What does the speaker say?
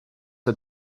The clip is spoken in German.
der